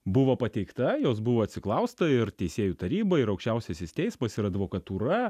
buvo pateikta jos buvo atsiklausta ir teisėjų taryba ir aukščiausiasis teismas ir advokatūra